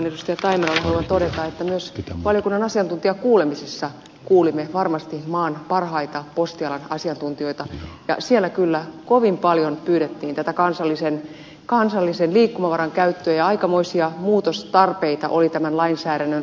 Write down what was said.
taimelalle haluan todeta että myös valiokunnan asiantuntijakuulemisissa kuulimme varmasti maan parhaita postialan asiantuntijoita ja kyllä kovin paljon pyydettiin tätä kansallisen liikkumavaran käyttöä ja aikamoisia muutostarpeita oli tämän lainsäädännön osalta